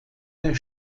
der